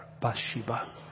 Bathsheba